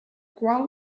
qual